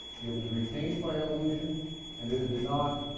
it was retained by evolution and if it did not,